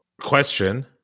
question